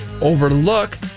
Overlook